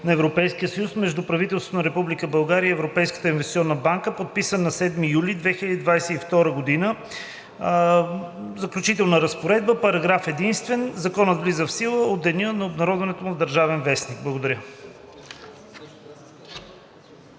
на Европейския съюз между правителството на Република България и Европейската инвестиционна банка, подписан на 7 юли 2022 г. Заключителна разпоредба. Параграф единствен. Законът влиза в сила от деня на обнародването му в „Държавен вестник“.“ Благодаря.